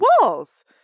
walls